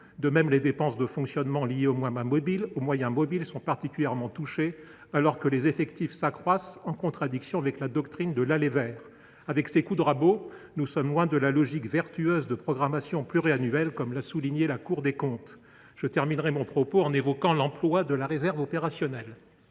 De même, les dépenses de fonctionnement liées aux moyens mobiles sont particulièrement touchées, alors que les effectifs s’accroissent, en contradiction avec la doctrine de « l’aller vers ». Avec ces coups de rabot, nous sommes loin de la logique vertueuse de programmation pluriannuelle, comme l’a souligné la Cour des comptes. Je terminerai mon propos en évoquant l’emploi de la réserve opérationnelle.